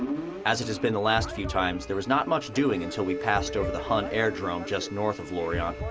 as it has been the last few times, there was not much doing until we passed over the hun airdrome just north of lorient,